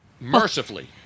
Mercifully